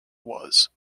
was